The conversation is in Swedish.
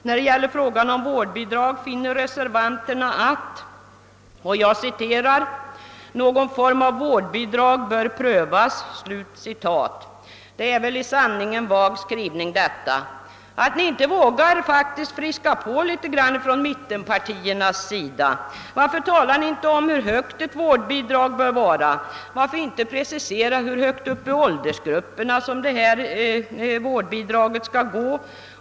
När det gäller frågan om vårdbidrag finner reservanterna att »någon form av vårdbidrag bör prövas». Det är i sanning en vag skrivning! Att ni i mittenpartierna inte vågar friska på litet grand! Varför talar ni inte om hur stort vårdbidraget bör vara? Varför inte precisera för vilka åldersgrupper vårdbidraget skall utgå?